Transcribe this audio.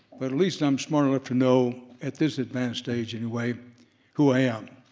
but at least i'm smart enough to know at this advanced age anyway who i am.